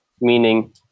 meaning